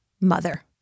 mother